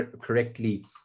correctly